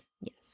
Yes